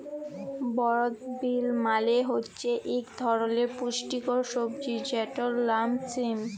বরড বিল মালে হছে ইক ধরলের পুস্টিকর সবজি যেটর লাম সিম